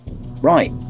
right